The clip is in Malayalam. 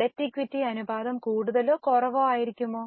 ഡെറ്റ് ഇക്വിറ്റി അനുപാതം കൂടുതലോ കുറവോ ആയിരിക്കുമോ